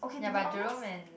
ya but Jerome and